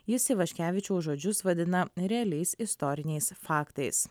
jis ivaškevičiaus žodžius vadina realiais istoriniais faktais